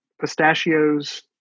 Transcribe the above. pistachios